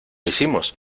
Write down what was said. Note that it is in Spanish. hicimos